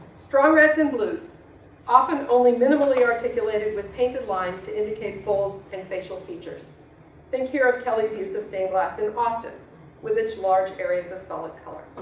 strong reds and blues often only minimally articulated with painted line to indicate folds and facial features then care of kelly's use of stained glass in austin with its large areas of solid color.